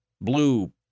blue